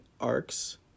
arcs